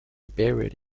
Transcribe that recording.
buried